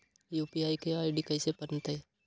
UPI के ID कैसे बनतई?